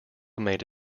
made